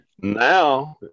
now